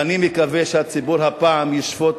ואני מקווה שהציבור הפעם ישפוט,